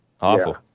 Awful